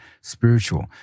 spiritual